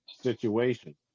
situation